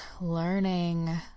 learning